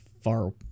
far